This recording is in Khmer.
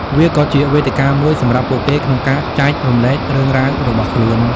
វាក៏ជាវេទិកាមួយសម្រាប់ពួកគេក្នុងការចែករំលែករឿងរ៉ាវរបស់ខ្លួន។